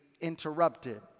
interrupted